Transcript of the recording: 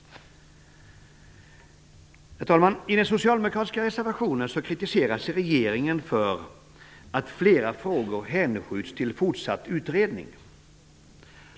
Herr talman! I den socialdemokratiska reservationen kritiseras regeringen för att flera frågor hänskjuts till fortsatt utredning.